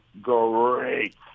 great